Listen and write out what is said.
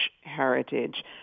heritage